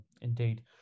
Indeed